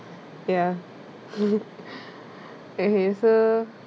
ya ok so